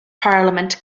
parliament